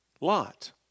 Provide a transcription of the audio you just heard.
Lot